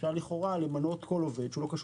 אפשר לכאורה למנות כל עובד שהוא לא קשור